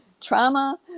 trauma